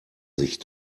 sich